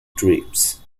drapes